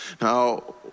Now